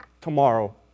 tomorrow